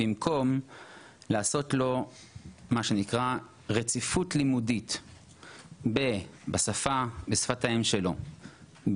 במקום לעשות לו רציפות לימודית בשפת האם שלו,